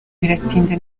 biratinda